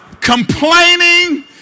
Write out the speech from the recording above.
complaining